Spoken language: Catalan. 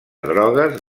drogues